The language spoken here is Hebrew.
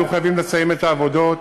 היו חייבים לסיים את העבודות,